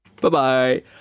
Bye-bye